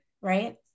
right